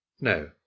No